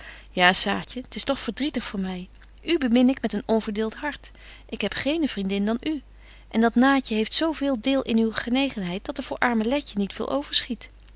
ja saartje t is toch verdrietig voor my u bemin ik met een onverdeelt hart ik heb geene vriendin dan u en dat naatje heeft zo veel deel in uwe genegenheid dat er voor arme letje niet veel overschiet